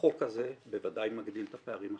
החוק הזה בוודאי מגדיל את הפערים החברתיים.